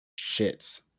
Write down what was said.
shits